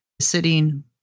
sitting